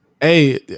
Hey